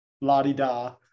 la-di-da